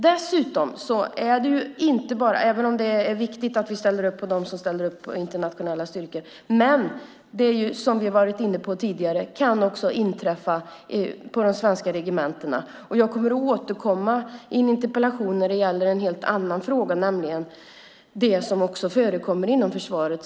Dessutom: Även om det är viktigt att vi ställer upp för dem som ställer upp i internationella styrkor kan det också, som vi tidigare varit inne på, inträffa saker på svenska regementen också. Jag kommer att återkomma med en interpellation i en helt annan fråga, nämligen att sexuella trakasserier förekommer inom försvaret.